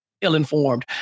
ill-informed